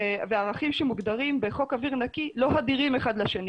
וערכים שמוגדרים בחוק אוויר נקי לא עבירים אחד לשני.